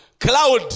Cloud